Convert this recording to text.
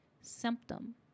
symptom